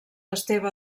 esteve